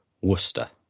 Worcester